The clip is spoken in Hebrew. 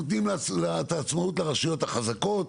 נותנים לרשויות החזקות,